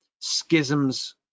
schisms